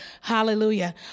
Hallelujah